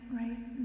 right